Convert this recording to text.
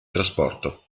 trasporto